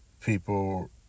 people